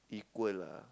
equal lah